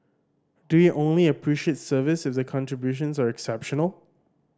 do we only appreciate service if the contributions are exceptional